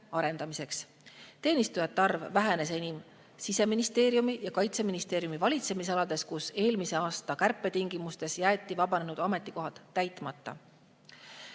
arendamiseks. Teenistujate arv vähenes enim Siseministeeriumi ja Kaitseministeeriumi valitsemisalas, kus eelmise aasta kärbete tõttu jäeti vabanenud ametikohad täitmata.